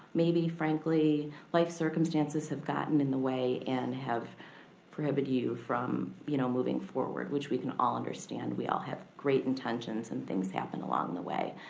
maybe frankly life circumstances have gotten in the way and have prohibited you from you know moving forward, which we can all understand. we all have great intentions and things happen along the way.